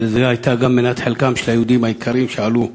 וזו הייתה גם מנת חלקם של היהודים היקרים שעלו מאתיופיה,